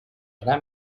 gra